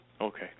Okay